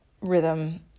rhythm